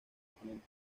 oponente